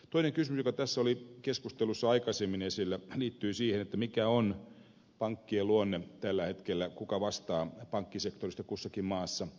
toinen kysymys joka tässä keskustelussa oli aikaisemmin esillä liittyi siihen mikä on pankkien luonne tällä hetkellä kuka vastaa pankkisektorista kussakin maassa